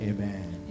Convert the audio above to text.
Amen